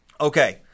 Okay